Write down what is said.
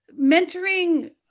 mentoring